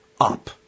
up